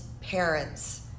parents